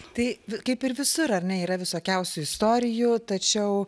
tai kaip ir visur ar ne yra visokiausių istorijų tačiau